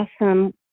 awesome